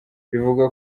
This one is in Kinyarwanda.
bivugwa